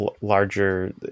larger